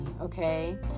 okay